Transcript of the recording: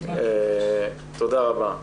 תודה רבה.